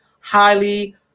highly